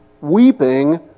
weeping